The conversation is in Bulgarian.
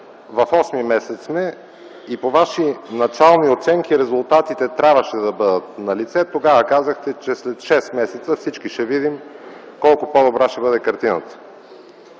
в осмия месец сме и по Ваши начални оценки резултатите трябваше да бъдат налице. Тогава казахте, че след шест месеца всички ще видим колко по-добра ще бъде картината.